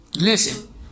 Listen